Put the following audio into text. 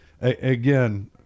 again –